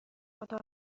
اتاق